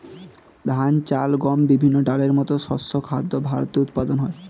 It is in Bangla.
ধান, চাল, গম, বিভিন্ন ডালের মতো শস্য খাদ্য ভারতে উৎপাদন হয়